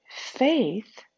faith